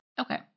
Okay